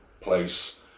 place